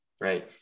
Right